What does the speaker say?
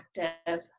active